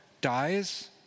dies